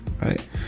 right